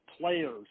players